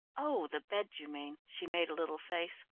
oh, the bed you mean, she made a little face.